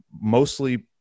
mostly